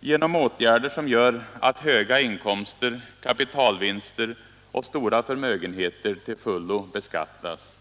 genom åtgärder som gör att höga inkomster, kapitalvinster och stora förmögenheter till fullo beskattas.